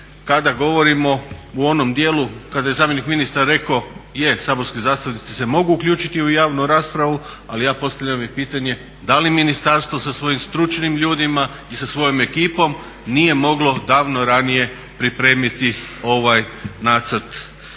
kada govorimo u onom dijelu kada je zamjenik ministra rekao je saborski zastupnici se mogu uključiti u javnu raspravu ali ja postavljam i pitanje da li ministarstvo sa svojim stručnim ljudima i sa svojom ekipom nije moglo davno ranije pripremiti ovaj nacrt